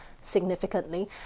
Significantly